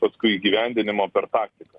paskui įgyvendinimo per taktiką